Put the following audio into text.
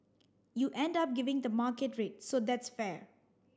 you end up giving the market rate so that's fair